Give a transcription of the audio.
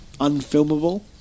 unfilmable